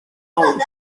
own